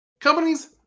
Companies